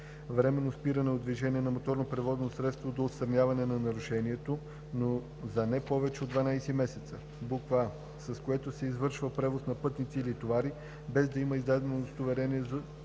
временно спиране от движение на моторно превозно средство до отстраняване на нарушението, но за не повече от 12 месеца: а) с което се извършва превоз на пътници или товари, без да има издадено удостоверение за